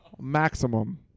Maximum